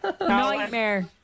nightmare